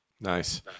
Nice